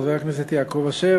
חבר הכנסת יעקב אשר,